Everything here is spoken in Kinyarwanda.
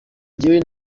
njyewe